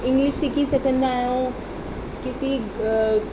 English सिखी सघंदा आहियूं किसी